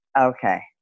Okay